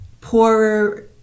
poorer